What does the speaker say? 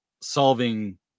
solving